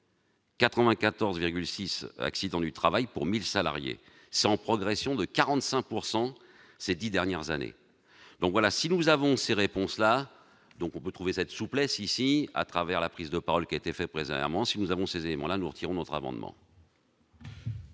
94,6 accidents du travail pour 1000 salariés sans progression de 45 pourcent ces 10 dernières années, donc voilà, si nous avons ces réponses-là, donc on peut trouver cette souplesse ici à travers la prise de parole qui a été fait, présent à un moment, si nous avons ces éléments-là nous retirons notre amendement.